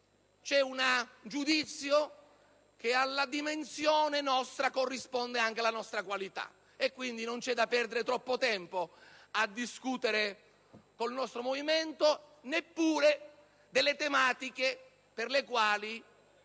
il giudizio che alla nostra dimensione corrisponda anche la nostra qualità, per cui non c'è da perdere troppo tempo a discutere con il nostro Movimento, neppure delle tematiche per le quali